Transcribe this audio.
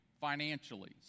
financially